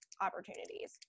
opportunities